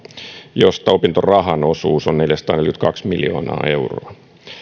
josta opintorahan osuus on neljäsataaneljäkymmentäkaksi miljoonaa euroa